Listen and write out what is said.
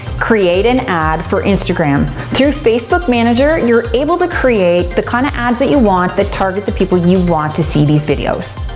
create an ad for instagram. through facebook manager, you're able to create the kind of ads that you want, that target the people you want to see these videos.